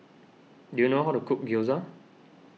do you know how to cook Gyoza